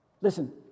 Listen